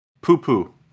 poo-poo